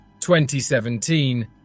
2017